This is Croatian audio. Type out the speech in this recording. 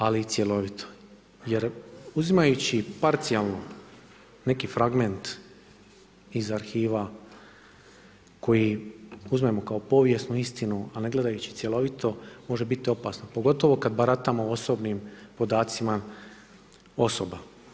Ali i cjelovito jer uzimajući parcijalno neki fragment iz arhiva koji uzmemo kao povijesnu istinu a ne gledajući cjelovito može biti opasno, pogotovo kad baratamo osobnim podacima osoba.